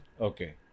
Okay